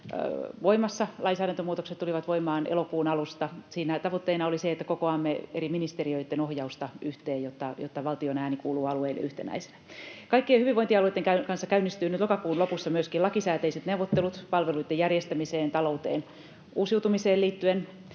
Lainsäädäntömuutokset tulivat voimaan elokuun alusta. Siinähän tavoitteena oli se, että kokoamme eri ministeriöitten ohjausta yhteen, jotta valtion ääni kuuluu alueille yhtenäisenä. Kaikkien hyvinvointialueitten kanssa käynnistyvät nyt lokakuun lopussa myöskin lakisääteiset neuvottelut palveluitten järjestämiseen, talouteen, uusiutumiseen liittyen.